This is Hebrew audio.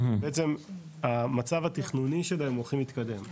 בעצם המצב התכנוני שלהם הוא הכי מתקדם,